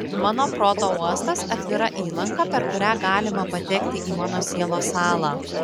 mano proto uostas atvira įlanka per kurią galima patekti į mano sielos sąlą